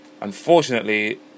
Unfortunately